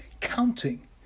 counting